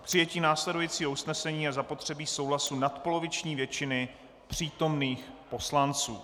K přijetí následujícího usnesení je zapotřebí souhlasu nadpoloviční většiny přítomných poslanců.